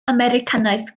americanaidd